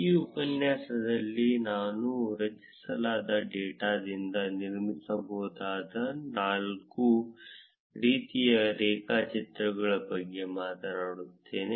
ಈ ಉಪನ್ಯಾಸದಲ್ಲಿ ನಾನು ರಚಿಸಲಾದ ಡೇಟಾದಿಂದ ನಿರ್ಮಿಸಬಹುದಾದ ನಾಲ್ಕು ರೀತಿಯ ರೇಖಾಚಿತ್ರಗಳ ಬಗ್ಗೆ ಮಾತನಾಡುತ್ತೇನೆ